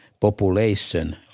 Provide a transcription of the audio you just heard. population